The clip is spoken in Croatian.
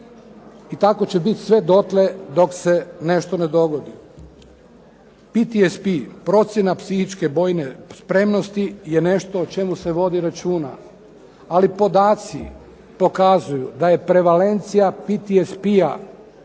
I tako će biti sve dotle dok se nešto ne dogodi. PTSP procjena psihičke bojne spremnosti je nešto o čemu se vodi računa. Ali podaci pokazuju da je prevencija PTSP-a